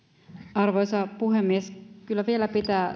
arvoisa puhemies kyllä vielä pitää